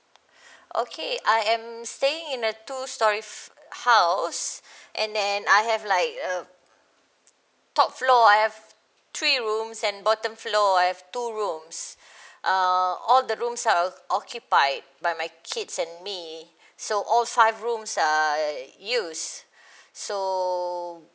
okay I am staying in a two storey house and then I have like uh top floor I have three rooms and bottom floor I have two rooms uh all the rooms are occupied by my kids and me so all five rooms are use so